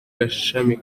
gashami